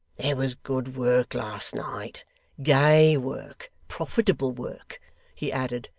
there was good work last night gay work profitable work' he added,